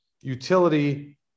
utility